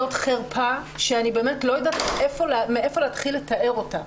זאת חרפה שאני באמת לא יודעת מהיכן להתחיל לתאר אותה.